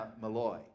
Malloy